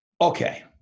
Okay